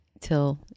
till